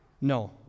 No